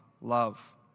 love